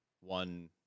one